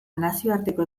nazioarteko